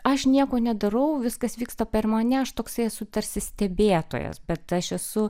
aš nieko nedarau viskas vyksta per mane aš toksai esu tarsi stebėtojas bet aš esu